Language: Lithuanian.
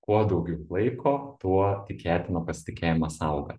kuo daugiau laiko tuo tikėtina pasitikėjimas auga